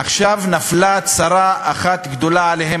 עכשיו נפלה צרה אחת גדולה עליהם,